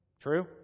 True